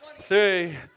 three